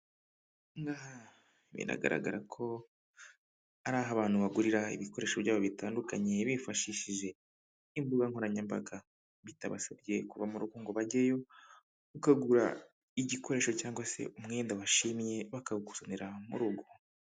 Aha ngaha biragaragara ko ari aho abantu bagurira ibikoresho byabo bitandukanye, bifashishije imbuga nkoranyambaga bitabasabye kuva mu rugo ngo bajyeyo, ukagura igikoresho cyangwa se umwenda washimye, bakawukuzanira mu rugo.